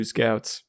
Scouts